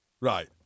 Right